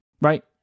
Right